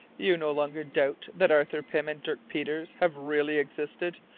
you no longer doubt that arthur pym and dirk peters have really existed,